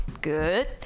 Good